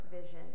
vision